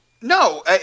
No